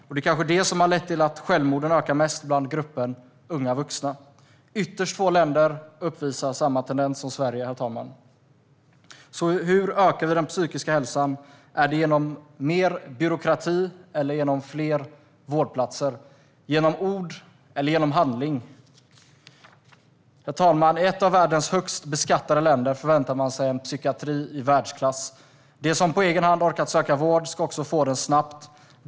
Och det kanske är det som har lett till att självmorden ökar mest inom gruppen unga vuxna. Ytterst få länder uppvisar samma tendens som Sverige, herr talman. Hur ökar vi då den psykiska hälsan? Är det genom mer byråkrati eller genom fler vårdplatser, genom ord eller genom handling? Herr talman! I ett av världens högst beskattade länder förväntar man sig en psykiatri i världsklass. De som på egen hand orkat söka vård ska också få den snabbt.